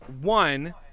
One